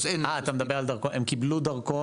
אה, אתה מדבר על דרכון, הם קיבלו דרכון.